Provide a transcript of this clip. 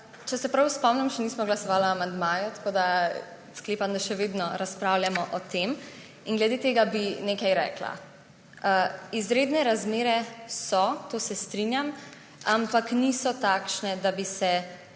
Če se prav spomnim, še nismo glasovali o amandmaju, tako da sklepam, da še vedno razpravljamo o tem. Glede tega bi nekaj rekla. Izredne razmere so, s tem se strinjam, ampak niso takšne, da bi se